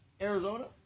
Arizona